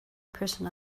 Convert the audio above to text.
person